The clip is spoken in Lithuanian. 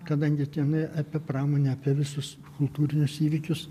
kadangi tenai apie pramonę apie visus kultūrinius įvykius